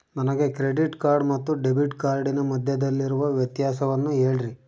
ನನಗೆ credit card ಮತ್ತು debit ಕಾರ್ಡಿನ ಮಧ್ಯದಲ್ಲಿರುವ ವ್ಯತ್ಯಾಸವನ್ನು ಹೇಳ್ರಿ?